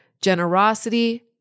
generosity